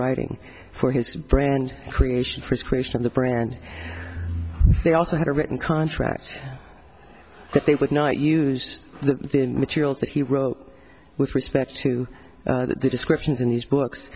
writing for his brand creation frustration in the brand they also had a written contract that they would not use the materials that he wrote with respect to the descriptions in these books